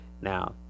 now